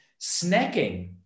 Snacking